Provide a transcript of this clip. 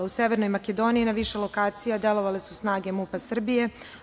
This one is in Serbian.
U Severnoj Makedoniji na više lokacija delovale su snage MUP-a Srbije.